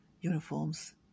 uniforms